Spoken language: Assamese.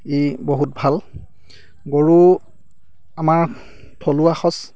ই বহুত ভাল গৰু আমাৰ থলুৱা সঁচ